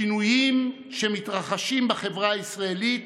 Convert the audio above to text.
בשינויים שמתרחשים בחברה הישראלית,